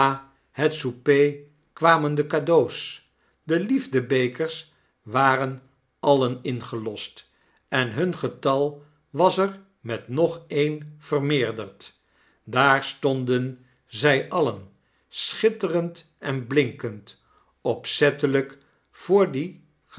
het souper kwamen de cadeaux de liefde-bekers waren alien ingelost en hun getal was er met nog een vermeerderd daar stonden zij alien schitterend en blinkend opzettelijk voor die